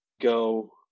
go